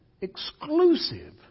exclusive